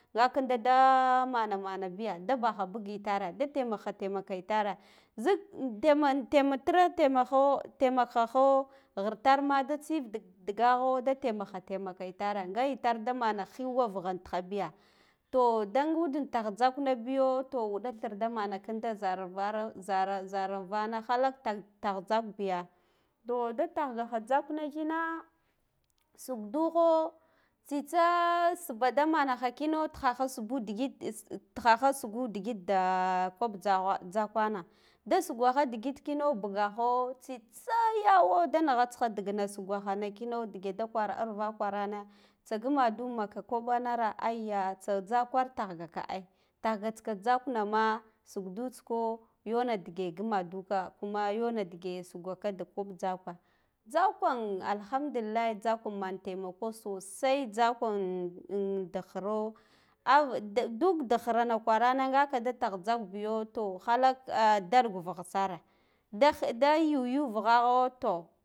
Nga kinda da mana manabiya da baha buk itare da temahha taimaha itare zik an tame intamatratemaho tamaho ghirtarmada tsiif ndigagho ta taimaha taimaha itare nga itar da mana hiwa vugha ntihabiya to danga wuda tah tzaknabiya to wuda thir da mana kinda zara vano halak tar tzak biya to da tahgaha tzakna kina sukduhoo tsitsa sba da mandna kina tinaha sbu digit tihaha sugu digit da koɓ tzaho tzakwana da sugaha digit kina bugaho tsitsa yawo da nigha tsiha ndigina sugahana kina ndige da kara aruaha kwarana tsa gumadu makoɓanara ayya tsa tzakwar tahgaka ai tah ga tsika tzaknama sukdu tsuko yona dige guma duka kuma yona kam tzakom alhamdullillah tzak am man taima ko sosai tzak ann dik khiro ai duk dik khirana kwaranane ngaka da tah tzak biyo to halak a dalgu vuh sara da yugu vuhaha toh